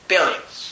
Billions